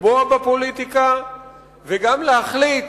לקבוע בפוליטיקה וגם להחליט